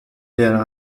there